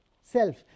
self